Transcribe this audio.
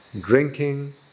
drinking